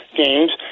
games